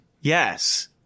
Yes